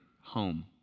home